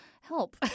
help